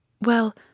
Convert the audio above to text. Well